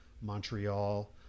Montreal